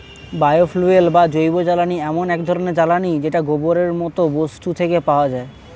bio fuel বা জৈবজ্বালানী এমন এক ধরণের জ্বালানী যেটা গোবরের মতো বস্তু থেকে পাওয়া যায়